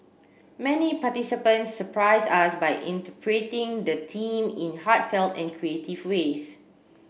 many participants surprised us by interpreting the team in heartfelt and creative ways